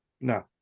No